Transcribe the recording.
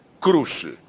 crucial